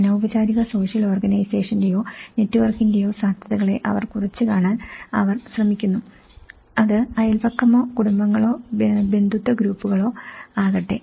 അനൌപചാരിക സോഷ്യൽ ഓർഗനൈസേഷന്റെയോ നെറ്റ്വർക്കിന്റെയോ സാധ്യതകളെ അവർ കുറച്ചു കാണാൻ അവർ ശ്രമിക്കുന്നു അത് അയൽപക്കമോ കുടുംബങ്ങളോ ബന്ധുത്വ ഗ്രൂപ്പുകളോ ആകട്ടെ